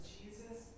Jesus